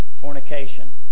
fornication